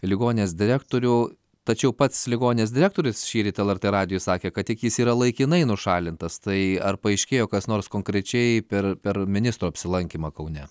ligoninės direktorių tačiau pats ligoninės direktorius šįryt lrt radijui sakė kad tik jis yra laikinai nušalintas tai ar paaiškėjo kas nors konkrečiai per per ministro apsilankymą kaune